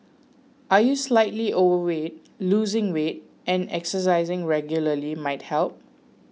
are you are slightly overweight losing weight and exercising regularly might help